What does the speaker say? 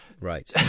right